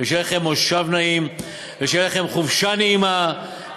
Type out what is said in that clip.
ושיהיה לכם מושב נעים ושתהיה לכם חופשה נעימה,